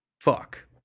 Fuck